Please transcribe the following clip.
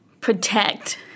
protect